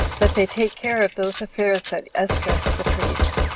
that they take care of those affairs that esdras the priest,